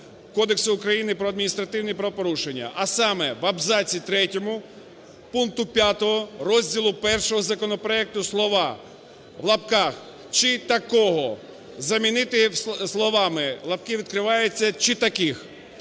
Кодексу України про адміністративні правопорушення, а саме: в абзаці третьому пункту 5 розділу І законопроекту слова (в лапках( "чи такого" замінити словами (лапки відкриваються) "чи таких".